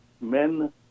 men